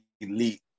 elite